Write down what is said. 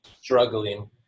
struggling